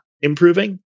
improving